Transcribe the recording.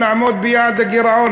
נעמוד ביעד הגירעון,